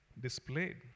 displayed